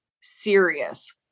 serious